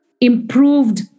improved